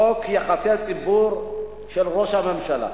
חוק יחסי הציבור של ראש הממשלה.